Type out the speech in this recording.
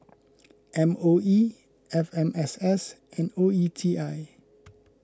M O E F M S S and O E T I